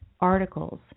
articles